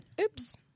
Oops